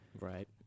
right